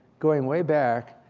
going way back,